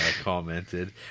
commented